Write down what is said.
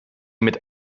mit